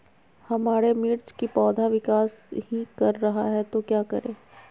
हमारे मिर्च कि पौधा विकास ही कर रहा है तो क्या करे?